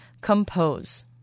Compose